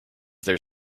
there